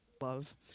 love